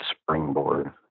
springboard